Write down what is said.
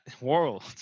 world